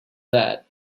that